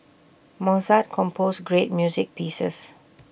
Mozart composed great music pieces